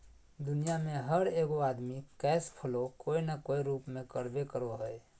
दुनिया में हर एगो आदमी कैश फ्लो कोय न कोय रूप में करबे करो हइ